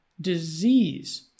disease